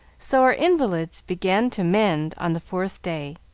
so our invalids began to mend on the fourth day,